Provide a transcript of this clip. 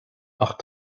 ach